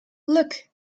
look